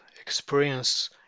experience